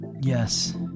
Yes